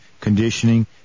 conditioning